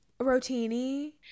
Rotini